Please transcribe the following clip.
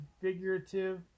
figurative